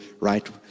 right